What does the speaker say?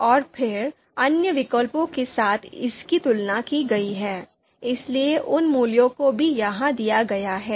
और फिर अन्य विकल्पों के साथ इसकी तुलना की गई है इसलिए उन मूल्यों को भी यहां दिया गया है